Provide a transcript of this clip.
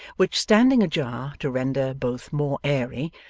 which standing ajar to render both more airy,